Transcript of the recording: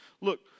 look